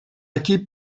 acquis